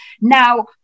Now